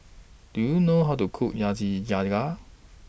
Do YOU know How to Cook